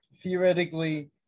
theoretically